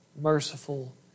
merciful